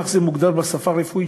כך זה מוגדר בשפה הרפואית,